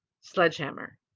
sledgehammer